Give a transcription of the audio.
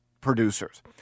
producers